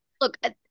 Look